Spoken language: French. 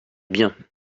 bien